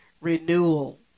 renewal